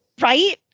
Right